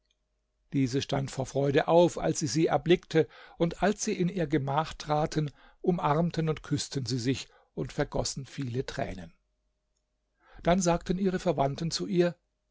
diese stand vor freude auf als sie sie erblickte und als sie in ihr gemach traten umarmten und küßten sie sich und vergoßen viele tränen dann sagten ihre verwandten zu ihr